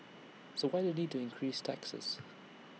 so why the need to increase taxes